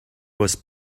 was